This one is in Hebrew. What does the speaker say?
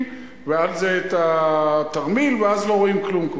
ועל זה את התרמיל ואז לא רואים כלום,